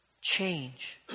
change